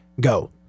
go